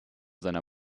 seiner